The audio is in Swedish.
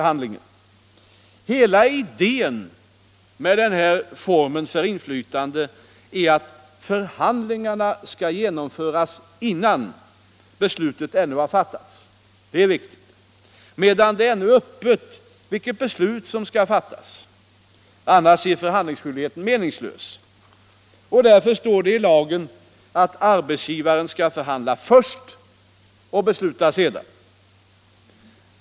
Hela idén med den här reformen för inflytande är att förhandlingarna skall genomföras innan beslutet ännu har fattats — det är viktigt. Det skall alltså ske medan det ännu är öppet vilket beslut som skall fattas; annars är förhandlingsskyldigheten meningslös. Därför står det i lagen att arbetsgivaren skall förhandla först och besluta sedan.